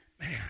man